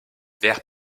ver